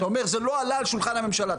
אתה אומר זה לא עלה על שולחן הממשלה.